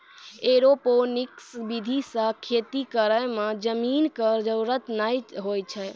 aeroponics विधि सॅ खेती करै मॅ जमीन के जरूरत नाय होय छै